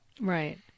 right